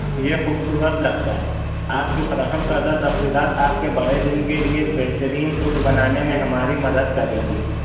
یہ خوبصورت لگتا ہے آپ کے فراہم کردہ تفصیلات آپ کے بڑے دن کے لیے بہترین سوٹ بنانے میں ہماری مدد کریں گی